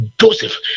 joseph